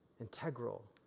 integral